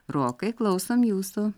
rokai klausom jūsų